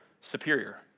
superior